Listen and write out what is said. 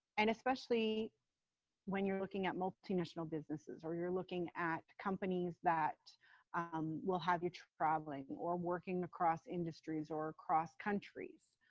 and especially when you're looking at multinational businesses or you're looking at companies that um will have you're traveling or working across industries or across countries.